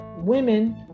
women